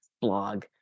blog